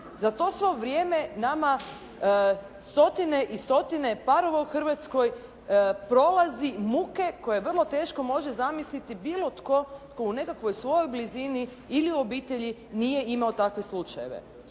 za to svo vrijeme nama stotine i stotine parova u Hrvatskoj prolazi muke koje vrlo teško može zamisliti bilo tko tko u nekakvoj svojoj blizini ili obitelji nije imao takve slučajeve.